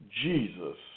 Jesus